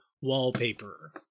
wallpaper